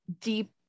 deep